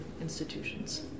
institutions